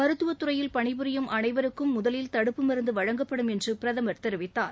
மருத்துவத் துறையில் பணிபுரியும் அனைவருக்கும் முதலில் தடுப்பு மருந்து வழங்கப்படும் என்று பிரதமர் தெரிவித்தார்